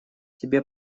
тебе